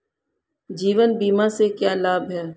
जीवन बीमा से क्या लाभ हैं?